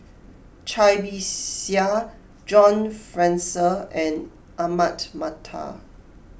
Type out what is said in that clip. Cai Bixia John Fraser and Ahmad Mattar